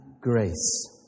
grace